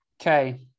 Okay